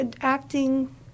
acting